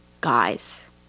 Guys